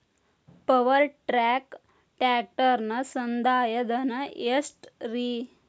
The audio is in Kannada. ಪವರ್ ಟ್ರ್ಯಾಕ್ ಟ್ರ್ಯಾಕ್ಟರನ ಸಂದಾಯ ಧನ ಎಷ್ಟ್ ರಿ?